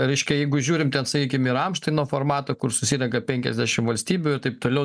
reiškia jeigu žiūrim ten sakykim į ramštaino formatą kur susirenka penkiasdešim valstybių ir taip toliau